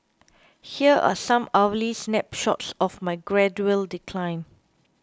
here are some hourly snapshots of my gradual decline